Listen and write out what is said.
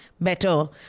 better